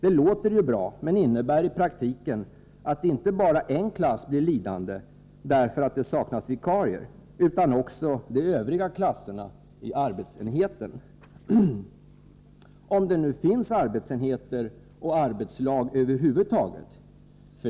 Det låter ju bra, men det innebär i praktiken att inte bara en klass blir lidande därför att det saknas vikarier, utan också de övriga klasserna i arbetsenheten — om det nu finns arbetsenheter och arbetslag över huvud taget.